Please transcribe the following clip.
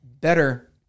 better